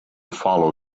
follow